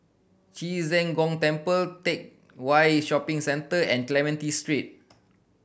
Ci Zheng Gong Temple Teck Whye Shopping Centre and Clementi Street